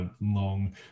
long